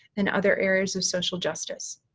and other areas of social justice.